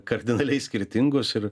kardinaliai skirtingos ir